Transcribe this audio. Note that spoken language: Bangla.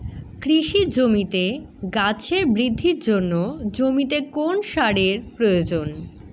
কৃষি জমিতে গাছের বৃদ্ধির জন্য জমিতে কোন সারের প্রয়োজন?